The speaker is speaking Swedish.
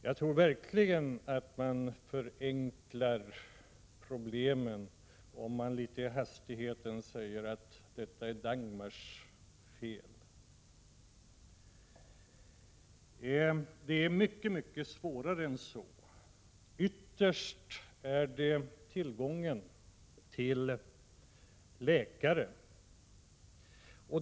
Man förenklar verkligen problemet om man i hastigheten säger att det är Dagmarreformens fel. Det är mycket mer komplicerat än så. Ytterst har problemen sin grund i tillgången på läkare.